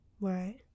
Right